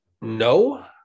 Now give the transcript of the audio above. no